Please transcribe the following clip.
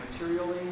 materially